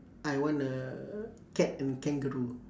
I want a cat and kangaroo